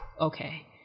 okay